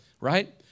Right